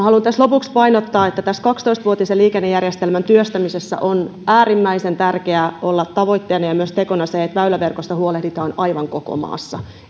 haluan tässä lopuksi painottaa että tässä kaksitoista vuotisessa liikennejärjestelmän työstämisessä on äärimmäisen tärkeää olla tavoitteena ja ja myös tekona se että väyläverkosta huolehditaan aivan koko maassa